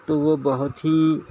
تو وہ بہت ہی